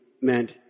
meant